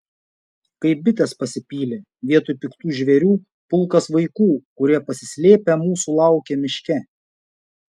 kaip bitės pasipylė vietoj piktų žvėrių pulkas vaikų kurie pasislėpę mūsų laukė miške